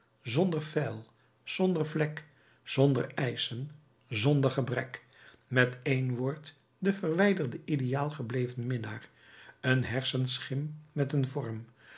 zonder feil zonder vlek zonder eischen zonder gebrek met één woord de verwijderde ideaal gebleven minnaar een hersenschim met een vorm